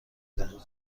دهم